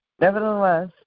Nevertheless